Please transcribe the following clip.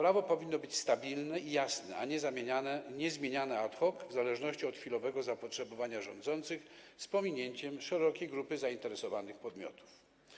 Prawo powinno być stabilne i jasne, a nie zmieniane ad hoc, w zależności od chwilowego zapotrzebowania rządzących, z pominięciem szerokiej grupy zainteresowanych podmiotów.